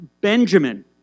Benjamin